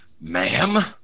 Ma'am